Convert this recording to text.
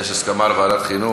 יש הסכמה על ועדת החינוך.